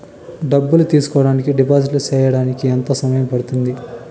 డబ్బులు తీసుకోడానికి డిపాజిట్లు సేయడానికి ఎంత సమయం పడ్తుంది